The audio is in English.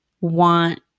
want